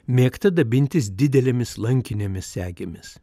mėgta dabintis didelėmis lankinėmis segėmis